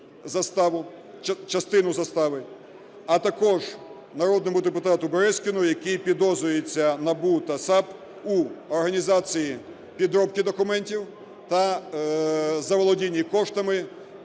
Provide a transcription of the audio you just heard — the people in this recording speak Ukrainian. а також народному депутату Березкіну, який підозрюється НАБУ та САП в організації підробки документів та заволодіння коштами,